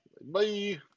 Bye